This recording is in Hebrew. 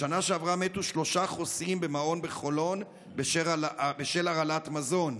בשנה שעברה מתו שלושה חוסים במעון בחולון בשל הרעלת מזון.